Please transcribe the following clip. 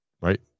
right